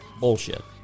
bullshit